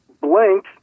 blink